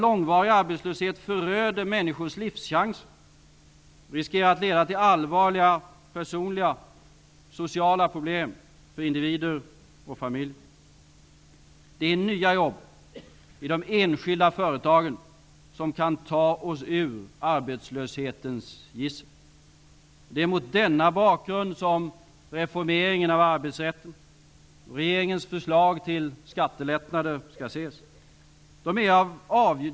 Långvarig arbetslöshet föröder människors livschanser och riskerar att leda till allvarliga personliga och sociala problem för individer och familjer. Det är nya jobb i de enskilda företagen som kan ta oss ur arbetslöshetens gissel. Det är mot denna bakgrund som reformeringen av arbetsrätten och regeringens förslag till skattelättnader skall ses.